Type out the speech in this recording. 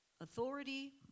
Authority